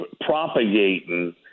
propagating